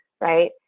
right